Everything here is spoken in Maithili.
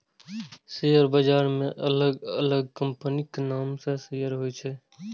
शेयर बाजार मे अलग अलग कंपनीक नाम सं शेयर होइ छै